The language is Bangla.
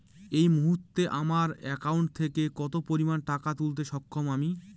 এই মুহূর্তে আমার একাউন্ট থেকে কত পরিমান টাকা তুলতে সক্ষম আমি?